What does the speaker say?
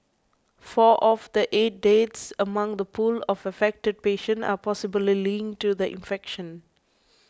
four of the eight deaths among the pool of affected patients are possibly linked to the infection